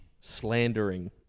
slandering